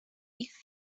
ich